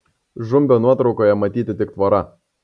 žumbio nuotraukoje matyti tik tvora